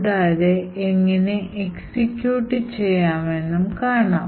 കൂടാതെ എങ്ങിനെ എക്സിക്യൂട്ട് ചെയ്യാം എന്നും കാണാം